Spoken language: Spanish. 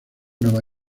nueva